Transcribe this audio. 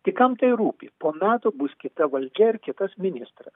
tai kam tai rūpi po metų bus kita valdžia ir kitas ministras